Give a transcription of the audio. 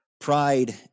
Pride